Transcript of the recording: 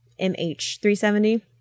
mh370